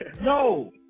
no